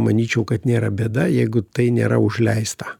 manyčiau kad nėra bėda jeigu tai nėra užleista